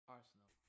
Arsenal